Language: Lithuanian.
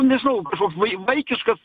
nežinau kažkoks vai vaikiškas